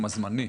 הזמני,